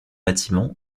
bâtiment